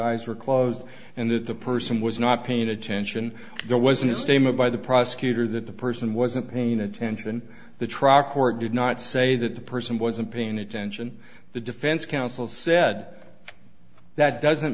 eyes were closed and that the person was not paying attention there wasn't a statement by the prosecutor that the person wasn't paying attention the trial court did not say that the person wasn't paying attention the defense counsel said that doesn't